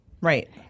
right